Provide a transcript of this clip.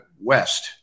west